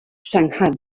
shanghai